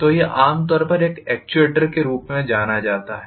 तो यह आमतौर पर एक एक्ट्यूएटर के रूप में जाना जाता है